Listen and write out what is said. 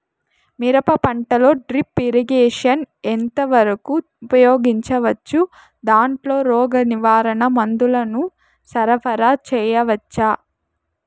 మిరప పంటలో drip irrigation ఎంత వరకు ఉపయోగించవచ్చు, దాంట్లో రోగ నివారణ మందుల ను సరఫరా చేయవచ్చా?